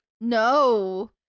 No